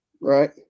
Right